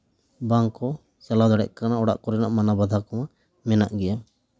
ᱵᱟᱝ ᱠᱚ ᱪᱟᱞᱟᱣ ᱫᱟᱲᱮᱭᱟᱜ ᱠᱟᱱᱟ ᱚᱲᱟᱜ ᱠᱚᱨᱮᱱᱟᱜ ᱢᱟᱱᱟ ᱵᱟᱫᱷᱟ ᱠᱚ ᱢᱮᱱᱟᱜ ᱜᱮᱭᱟ